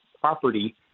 property